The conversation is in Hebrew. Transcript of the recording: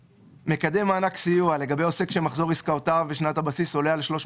(1)לגבי עוסק שמחזור עסקאותיו בשנת הבסיס עולה על 300